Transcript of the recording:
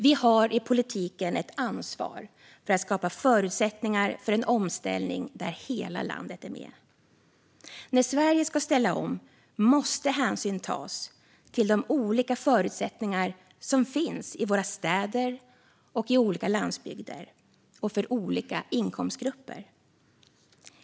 Vi har i politiken ett ansvar för att skapa förutsättningar för en omställning där hela landet är med. När Sverige ska ställa om måste hänsyn tas till de olika förutsättningar som finns i våra städer och landsbygder och för olika inkomstgrupper.